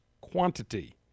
quantity